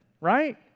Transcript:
right